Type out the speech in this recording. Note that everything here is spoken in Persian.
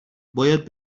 باید